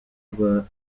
rwa